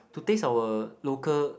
to taste our local